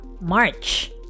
March